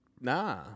Nah